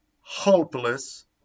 hopeless